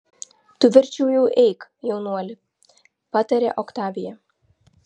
tu verčiau jau eik jaunuoli patarė oktavija